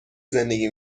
زندگی